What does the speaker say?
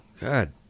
God